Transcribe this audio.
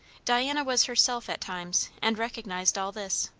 diana was herself at times, and recognised all this.